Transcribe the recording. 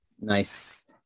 Nice